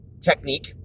technique